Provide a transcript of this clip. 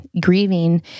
grieving